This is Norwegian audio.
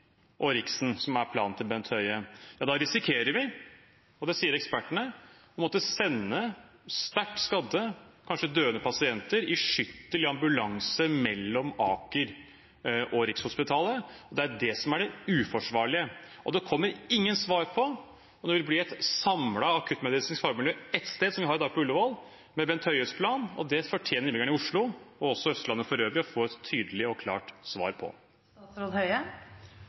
og «Riksen», som er planen til Bent Høie, da risikerer vi – og det sier ekspertene – å måtte sende sterkt skadde, kanskje døende, pasienter i skytteltrafikk i ambulanse mellom Aker og Rikshospitalet. Det er det som er det uforsvarlige. Og det kommer ingen svar på om det vil bli et samlet akuttmedisinsk fagmiljø ett sted, som vi har i dag på Ullevål, med Bent Høies plan. Det fortjener innbyggerne i Oslo, og også Østlandet for øvrig, å få et tydelig og klart svar